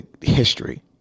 history